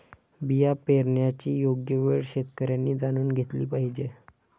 बिया पेरण्याची योग्य वेळ शेतकऱ्यांनी जाणून घेतली पाहिजे